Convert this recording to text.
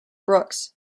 brooks